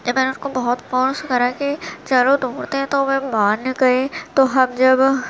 جب میں نے اس کو بہت فورس کرا کہ چلو دوڑتے ہیں تو وے مان گئے تو ہم جب